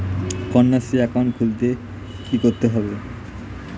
Kanyashree account খুলতে কী করতে হবে?